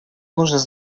нужно